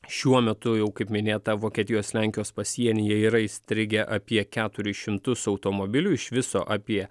šiuo metu jau kaip minėta vokietijos lenkijos pasienyje yra įstrigę apie keturis šimtus automobilių iš viso apie